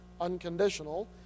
unconditional